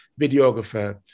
videographer